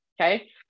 Okay